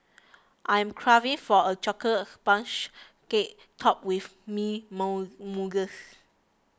I am craving for a Chocolate Sponge Cake Topped with Mint Mousse